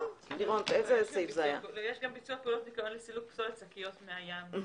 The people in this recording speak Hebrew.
יש גם ביצוע פעולות ניקיון לסילוק פסולת שקיות מהים ומחופיו.